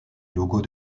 logos